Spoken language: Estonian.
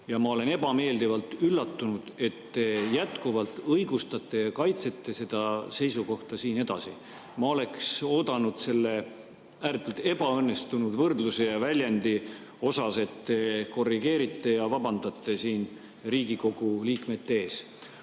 ja ma olen ebameeldivalt üllatunud, et te jätkuvalt õigustate ja kaitsete seda seisukohta. Ma oleks oodanud selle ääretult ebaõnnestunud võrdluse ja väljendiga seoses, et te korrigeerite end ja vabandate siin Riigikogu liikmete ees.